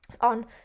on